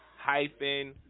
hyphen